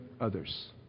others